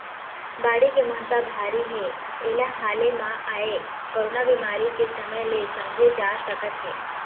बाड़ी के महत्ता भारी हे एला हाले म आए कोरोना बेमारी के समे ले समझे जा सकत हे